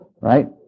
Right